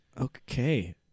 Okay